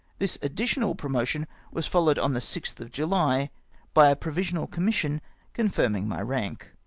this additional promotion was followed on the sixth of july by a provi sional commission confirming my rank.